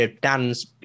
Dan's